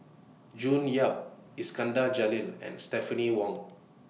June Yap Iskandar Jalil and Stephanie Wong